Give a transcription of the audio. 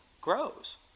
grows